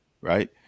Right